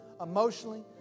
emotionally